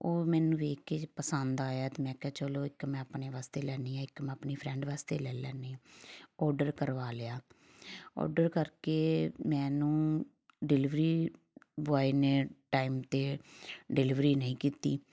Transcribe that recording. ਉਹ ਮੈਨੂੰ ਵੇਖ ਕੇ ਜੇ ਪਸੰਦ ਆਇਆ ਅਤੇ ਮੈਂ ਕਿਹਾ ਚਲੋ ਇੱਕ ਮੈਂ ਆਪਣੇ ਵਾਸਤੇ ਲੈਂਦੀ ਹਾਂ ਇੱਕ ਮੈਂ ਆਪਣੀ ਫਰੈਂਡ ਵਾਸਤੇ ਲੈ ਲੈਂਦੀ ਹਾਂ ਔਡਰ ਕਰਵਾ ਲਿਆ ਔਡਰ ਕਰਕੇ ਮੈਨੂੰ ਡਿਲੀਵਰੀ ਬੋਆਏ ਨੇ ਟਾਈਮ 'ਤੇ ਡਿਲੀਵਰੀ ਨਹੀਂ ਕੀਤੀ